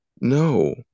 No